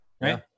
right